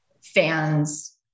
fans